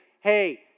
hey